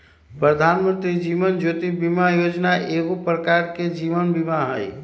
प्रधानमंत्री जीवन ज्योति बीमा जोजना एगो प्रकार के जीवन बीमें हइ